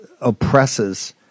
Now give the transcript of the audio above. oppresses